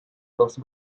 los